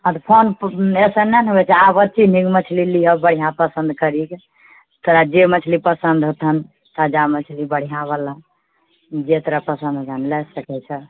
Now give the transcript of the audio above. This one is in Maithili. अऽ फोन पर ऐसा नहि ने होइ छै आब छी नीक मछली लिहऽ बढ़िआँ पसन्द करिके तोरा जे मछली पसन्द हेतौ ताजा मछली बढ़िआँ बला जे तोरा पसन्द हेतौ लए सकै छऽ